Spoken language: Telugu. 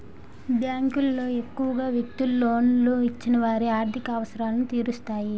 బ్యాంకులు ఎక్కువగా వ్యక్తులకు లోన్లు ఇచ్చి వారి ఆర్థిక అవసరాలు తీరుస్తాయి